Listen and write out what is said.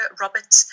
Robert